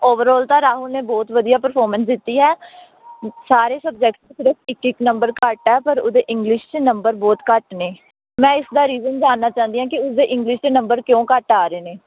overall ਤਾਂ ਰਾਹੁਲ ਨੇ ਬਹੁਤ ਵਧੀਆ ਪਰਫੋਰਮੈਂਸ ਦਿੱਤੀ ਹੈ ਸਾਰੇ ਸਬਜੈਕਟਸ 'ਚ ਸਿਰਫ ਇੱਕ ਇੱਕ ਨੰਬਰ ਘੱਟ ਹੈ ਪਰ ਉਹਦੇ ਇੰਗਲਿਸ਼ 'ਚ ਨੰਬਰ ਬਹੁਤ ਘੱਟ ਨੇ ਮੈਂ ਇਸ ਦਾ ਰੀਜਨ ਜਾਣਨਾ ਚਾਹੁੰਦੀ ਹਾਂ ਕਿ ਉਸ ਦੇ ਇੰਗਲਿਸ਼ ਦੇ ਨੰਬਰ ਕਿਉਂ ਘੱਟ ਆ ਰਹੇ ਨੇ